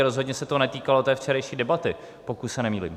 Rozhodně se to netýkalo včerejší debaty, pokud se nemýlím.